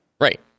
Right